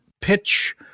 pitch